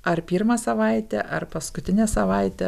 ar pirmą savaitę ar paskutinę savaitę